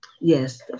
Yes